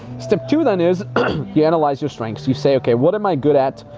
step two, then is you analyze your strengths. you say, okay, what am i good at?